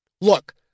Look